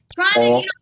Trying